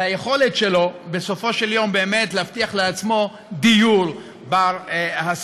והיכולת שלו בסופו של יום באמת להבטיח לעצמו דיור בר-השגה.